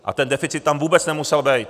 A ten deficit tam vůbec nemusel být.